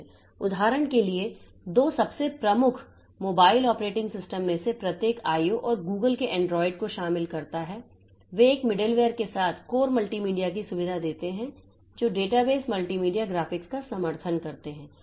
उदाहरण के लिए दो सबसे प्रमुख मोबाइल ऑपरेटिंग सिस्टम में से प्रत्येक IO और Google के एंड्रॉइड को शामिल करता है वे एक मिडलवेयर के साथ कोर मल्टीमीडिया की सुविधा देते हैं जो डेटाबेस मल्टीमीडिया ग्राफिक्स का समर्थन करते हैं